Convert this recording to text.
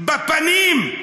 בפנים,